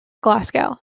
glasgow